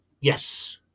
Yes